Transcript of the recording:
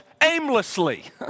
aimlessly